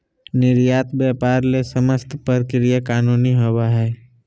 निर्यात व्यापार ले समस्त प्रक्रिया कानूनी होबो हइ